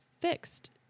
fixed